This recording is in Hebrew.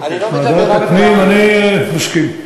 אני מסכים.